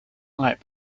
lab